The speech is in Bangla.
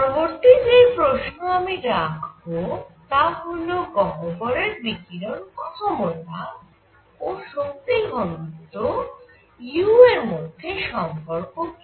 পরবর্তী যেই প্রশ্ন আমি রাখব তা হল এই গহ্বরের বিকিরণ ক্ষমতা ও শক্তি ঘনত্ব u এর মধ্যে সম্পর্ক কি